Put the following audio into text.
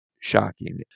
shocking